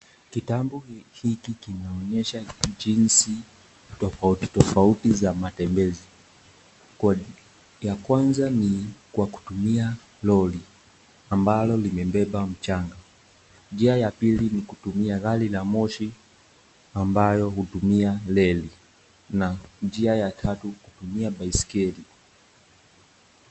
Kitabu hiki kinaonyesha jinsi tofauti tofauti za matembezi. Ya kwanza ni kwa kutumia lori ambalo limebeba mchanga. Njia ya pili ni kutumia gari la moshi ambayo hutumia reli na njia ya tatu ni kutumia baiskeli.